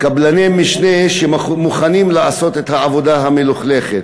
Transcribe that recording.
קבלני משנה שמוכנים לעשות את העבודה המלוכלכת.